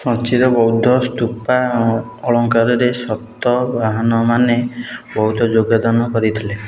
ସାଞ୍ଚିର ବୌଦ୍ଧ ସ୍ତୁପ ଅଳଙ୍କାରରେ ସାତବାହାନମାନେ ବହୁତ ଯୋଗଦାନ କରିଥିଲେ